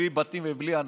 בלי בתים ובלי אנשים,